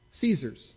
Caesars